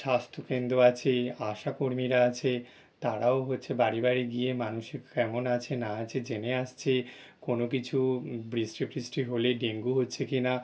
স্বাস্থ্য কেন্দ্র আছে আশা কর্মীরা আছে তারাও হচ্ছে বাড়ি বাড়ি গিয়ে মানুষ কেমন আছে না আছে জেনে আসছে কোনো কিছু বৃষ্টি ফৃষ্টি হলে ডেঙ্গু হচ্ছে কি না